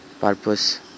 purpose